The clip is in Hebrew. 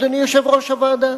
אדוני יושב-ראש הוועדה?